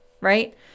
right